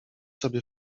sobie